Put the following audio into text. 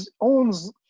owns